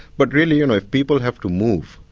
but really, you know, if people have to move,